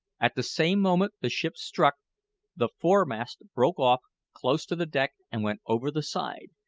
at the same moment the ship struck the foremast broke off close to the deck and went over the side,